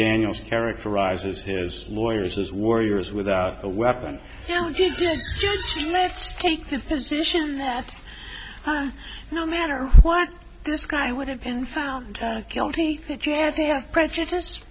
daniel's characterizes his lawyers as warriors without a weapon takes its position that no matter what this guy would have been found guilty did you have to have prejudice